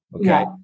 Okay